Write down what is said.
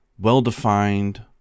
well-defined